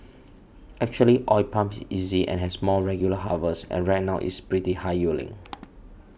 actually oil palm is easy and has more regular harvests and right now it's pretty high yielding